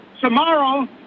Tomorrow